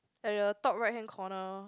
at the top right hand corner